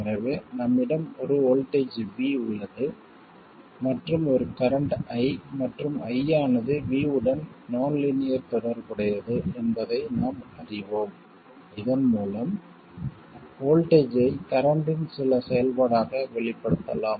எனவே நம்மிடம் ஒரு வோல்ட்டேஜ் V உள்ளது மற்றும் ஒரு கரண்ட் I மற்றும் I ஆனது V உடன் நான் லீனியர் தொடர்புடையது என்பதை நாம் அறிவோம் இதன் மூலம் வோல்ட்டேஜ் ஐ கரண்ட்டின் சில செயல்பாடாக வெளிப்படுத்தலாம்